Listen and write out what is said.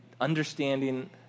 understanding